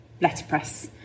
letterpress